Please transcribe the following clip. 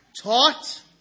taught